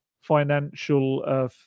financial